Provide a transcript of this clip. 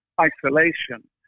isolation